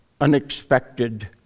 unexpected